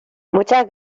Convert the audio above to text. muchas